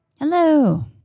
Hello